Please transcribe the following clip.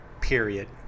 Period